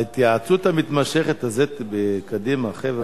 ההתייעצות המתמשכת הזאת בקדימה, חבר'ה.